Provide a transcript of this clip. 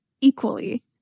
equally